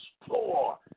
explore